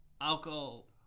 alcohol